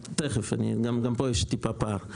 גם פה יש פער.